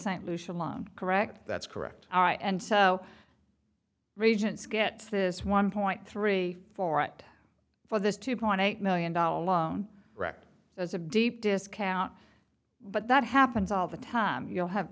st lucia long correct that's correct all right and so regents get this one point three four right for this two point eight million dollars wrecked as a deep discount but that happens all the time you'll have